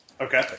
Okay